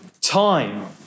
time